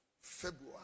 February